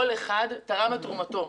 כל אחד תרם את תרומתו.